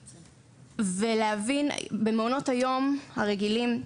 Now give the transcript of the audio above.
במעונות היום הרגילים,